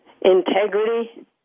integrity